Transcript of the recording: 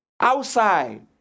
outside